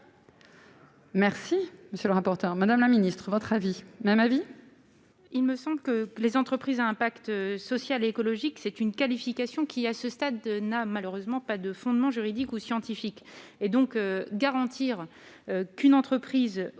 Merci, monsieur le rapporteur, Madame la Ministre votre avis